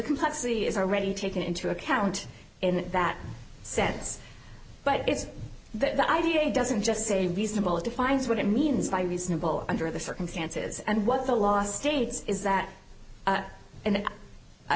complexity is already taken into account in that sense but it's that idea it doesn't just say reasonable it defines what it means by reasonable under the circumstances and what the law states is that and